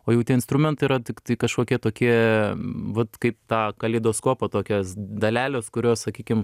o jau tie instrumentai yra tiktai kažkokie tokie vat kaip tą kaleidoskopo tokios dalelės kurios sakykim